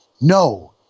No